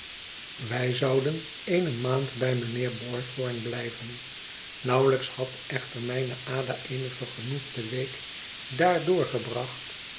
wij zouden eene maand bij mijnheer boythorn blijven nauwelijks had echter mijne ada eene vergenoegde week daar doorgebracht